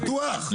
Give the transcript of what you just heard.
בטוח?